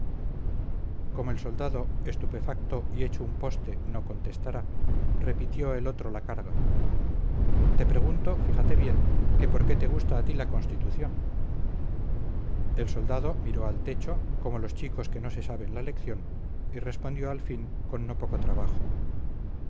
como el soldado estupefacto y hecho un poste no contestara repitió el otro la carga te pregunto fíjate bien que por qué te gusta a ti la constitución el soldado miró al techo como los chicos que no se saben la lección y respondió al fin con no poco trabajo